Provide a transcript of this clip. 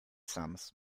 sums